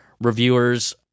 reviewers